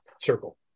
circle